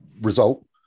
result